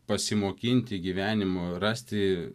pasimokinti gyvenimo rasti